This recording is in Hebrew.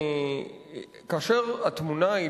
כאשר התמונה היא,